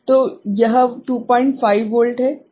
तो यह 25 वोल्ट है ठीक है